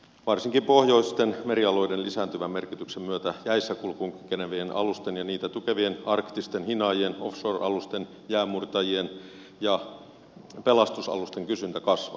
varsinkin pohjoisten merialueiden lisääntyvän merkityksen myötä jäissä kulkuun kykenevien alusten ja niitä tukevien arktisten hinaajien offshore alusten jäänmurtajien ja pelastusalusten kysyntä kasvaa